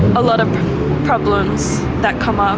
a lot of problems that come um